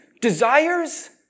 desires